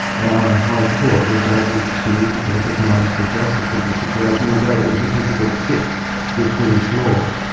our high court was able to recognise the justice of the situation, although it was a difficult fit with british law,